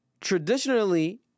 traditionally